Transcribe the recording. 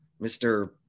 Mr